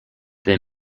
they